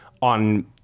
On